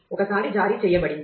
ఒకసారి జారీ చేయబడింది